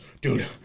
Dude